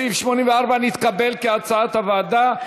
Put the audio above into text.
סעיף 84 נתקבל, כהצעת הוועדה.